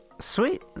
Sweet